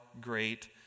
great